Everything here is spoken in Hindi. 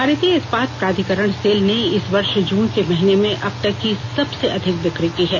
भारतीय इस्पात प्राधिकरण सेल ने इस वर्ष जून के महीने में अब तक की सबसे अधिक बिकी की है